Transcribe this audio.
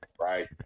right